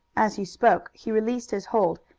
as he spoke he released his hold,